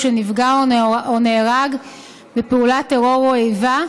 שנפגע או נהרג בפעולת טרור או איבה,